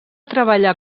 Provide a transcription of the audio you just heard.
treballar